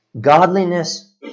godliness